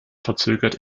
verzögert